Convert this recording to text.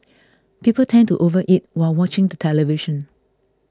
people tend to overeat while watching the television